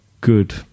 good